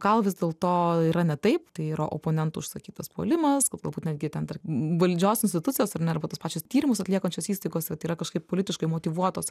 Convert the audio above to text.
gal vis dėlto yra ne taip tai yra oponentų užsakytas puolimas kad galbūt netgi tarkim valdžios institucijos ar ne arba tos pačios tyrimus atliekančios įstaigos vat yra kažkaip politiškai motyvuotos